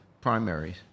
primaries